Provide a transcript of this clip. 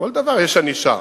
בכל דבר יש ענישה.